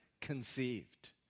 conceived